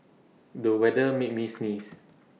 the weather made me sneeze